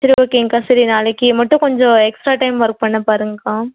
சரி ஓகேங்க்கா சரி நாளைக்கு மட்டும் கொஞ்சம் எக்ஸ்ட்ரா டைம் ஒர்க் பண்ண பாருங்க்கா